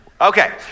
Okay